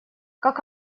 как